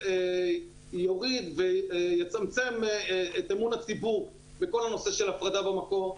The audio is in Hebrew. יוריד ויצמצם את אמון הציבור בכל הנושא של הפרדה במקור.